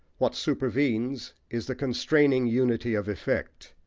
what supervenes is the constraining unity of effect,